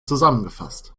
zusammengefasst